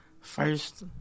First